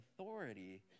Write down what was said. authority